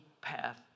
path